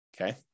okay